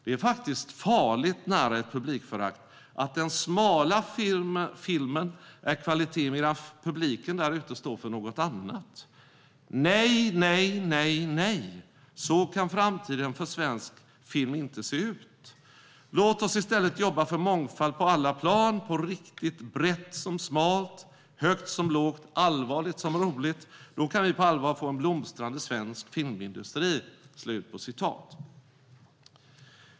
Det är faktiskt farligt nära ett publikförakt att den smala filmen är kvalitet medan publiken därute står för något annat. Nej, nej, nej, nej! Så kan framtiden för svensk film inte se ut. Låt oss i stället jobba för mångfald på alla plan på riktigt, brett som smalt, högt som lågt, allvarligt som roligt. Då kan vi på allvar få en blomstrande svensk filmindustri."